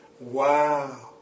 Wow